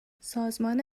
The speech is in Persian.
سازمان